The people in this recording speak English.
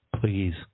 Please